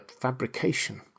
fabrication